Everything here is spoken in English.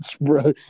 bro